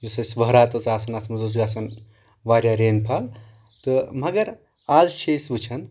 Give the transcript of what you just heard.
یُس اسہِ ؤہرات ٲس آسان اتھ منٛز اوس گژھان واریاہ رین فال تہٕ مگر آز چھِ أسۍ وٕچھان